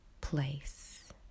place